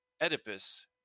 Oedipus